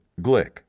Glick